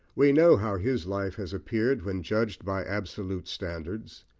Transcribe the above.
we know how his life has appeared when judged by absolute standards.